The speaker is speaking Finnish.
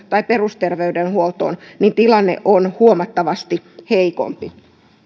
tai perusterveydenhuoltoon tilanne on huomattavasti heikompi